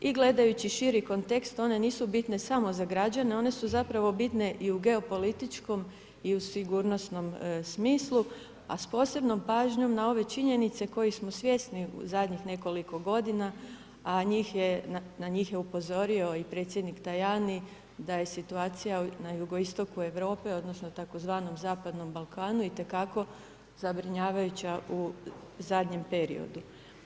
I gledajući širi kontekst one nisu bitne samo za građane, one su zapravo bitne i u geopolitičkom i u sigurnosnom smislu, a s posebnom pažnjom na ove činjenice kojih smo svjesni u zadnjih nekoliko godina na njih je upozorio i predsjednik Tajani da je situacija na jugoistoku Europe, odnosno tzv. zapadnom Balkanu itekako zabrinjavajuća u zadnjem periodu.